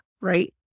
right